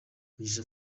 mugisha